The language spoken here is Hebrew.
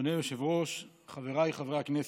אדוני היושב-ראש, חבריי חברי הכנסת,